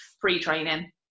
pre-training